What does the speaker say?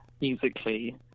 musically